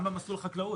גם במסלול חקלאות.